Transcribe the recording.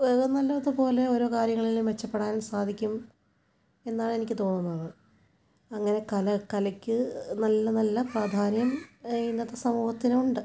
വേറെയൊന്നുമില്ല ഇതുപോലെ ഓരോ കാര്യങ്ങളിലും മെച്ചപ്പെടാൻ സാധിക്കും എന്നാണ് എനിക്ക് തോന്നുന്നത് അങ്ങനെ കല കലക്ക് നല്ല നല്ല പ്രാധാന്യം ഇന്നത്തെ സമൂഹത്തിനുണ്ട്